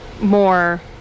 more